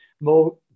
more